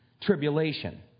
tribulation